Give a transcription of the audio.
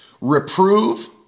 Reprove